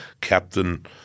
Captain